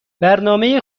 برنامه